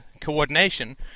coordination